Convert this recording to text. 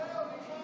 זהו, נגמר הסיפור.